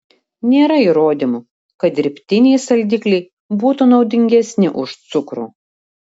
nėra įrodymų kad dirbtiniai saldikliai būtų naudingesni už cukrų